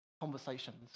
conversations